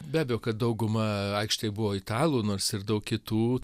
be abejo kad dauguma aikštėj buvo italų nors ir daug kitų